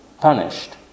punished